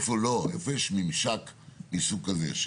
איפה יש ממשק מסוג כזה,